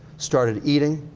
started eating.